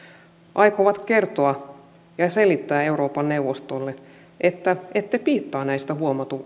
aikovat kertoa ja selittää euroopan neuvostolle että ette piittaa näistä